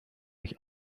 mich